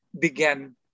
began